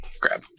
grab